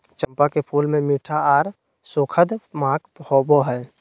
चंपा के फूल मे मीठा आर सुखद महक होवो हय